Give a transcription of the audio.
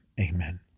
Amen